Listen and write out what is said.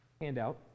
handout